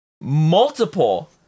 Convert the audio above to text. multiple